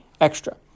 extra